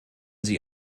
sie